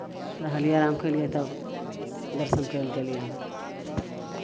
रहलियै आराम केलियै तब दर्शन करय लए गेलियनि